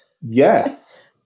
Yes